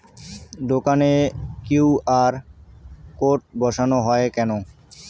দোকানে QR code বসানো হয় কেন?